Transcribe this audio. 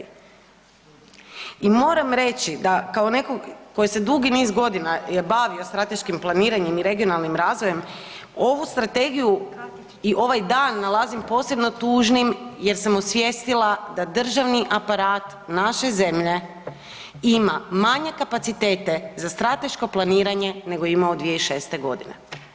I moram reći da kao netko tko je se dugi niz godina bavio strateškim planiranjem i regionalnim razvojem ovu strategiju i ovaj dan nalazim po tužnim jer sam osvijestila da državni aparat naše zemlje ima manje kapacitete za strateško planiranje nego je imao 2006. godine.